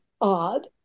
odd